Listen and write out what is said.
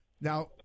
Now